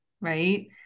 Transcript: right